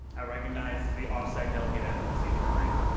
i recognize the off-site delegate at the procedural mic.